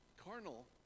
Carnal